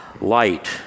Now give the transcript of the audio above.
light